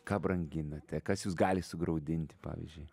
ką branginate kas jus gali sugraudinti pavyzdžiui